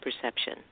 perception